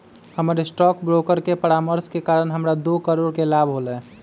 हमर stockbroker के परामर्श के कारण हमरा दो करोड़ के लाभ होलय